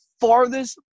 farthest